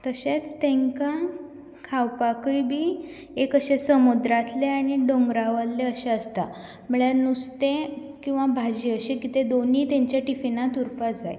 तशेंच तांकां खावपाकय बी एक अशें समुद्रातलें आनी डोंगरावाल्लें अशें आसता म्हळ्या नुस्तें किंवा भाजी अशी कितें दोनी तांच्या टिफिनात उरपा जाय